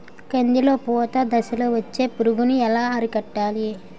కందిలో పూత దశలో వచ్చే పురుగును ఎలా అరికట్టాలి?